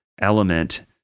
element